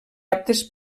aptes